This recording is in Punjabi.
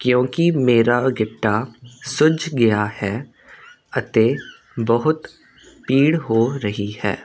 ਕਿਉਂਕਿ ਮੇਰਾ ਗਿੱਟਾ ਸੁੱਜ ਗਿਆ ਹੈ ਅਤੇ ਬਹੁਤ ਪੀੜ ਹੋ ਰਹੀ ਹੈ